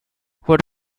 what